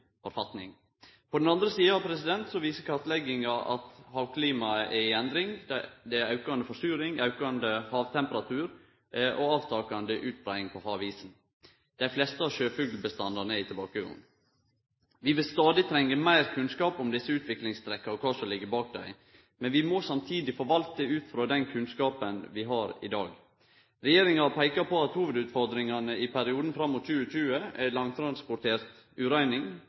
forfatning. På den andre sida viser kartlegginga at havklimaet er i endring. Det er aukande forsuring, aukande havtemperatur og avtakande utbreiing av havisen. Dei fleste sjøfuglbestandane er i tilbakegang. Vi vil stadig trenge meir kunnskap om desse utviklingstrekka og kva som ligg bak dei. Men vi må samtidig forvalte ut frå den kunnskapen vi har i dag. Regjeringa har peika på at hovudutfordringane i perioden fram mot 2020 er